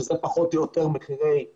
שזה פחות או יותר מחירי יקנעם,